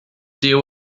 deal